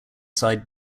side